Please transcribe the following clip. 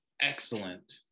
Excellent